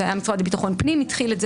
זה היה המשרד לביטחון פנים התחיל את זה